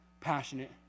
passionate